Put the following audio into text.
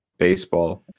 baseball